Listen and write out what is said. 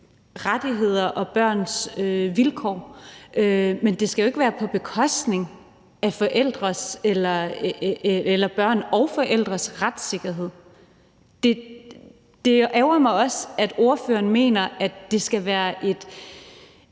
rettigheder og vilkår, men det skal jo ikke være på bekostning af børns eller forældres retssikkerhed. Det ærgrer mig også, at ordføreren mener, at det skal være et